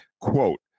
quote